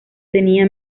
tenía